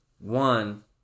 one